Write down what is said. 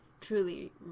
truly